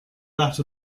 that